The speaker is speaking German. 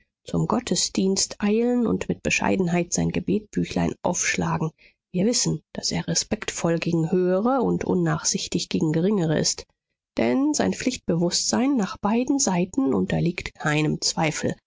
zum gottesdienst eilen und mit bescheidenheit sein gebetbüchlein aufschlagen wir wissen daß er respektvoll gegen höhere und unnachsichtig gegen geringere ist denn sein pflichtbewußtsein nach beiden seiten unterliegt keinem zweifel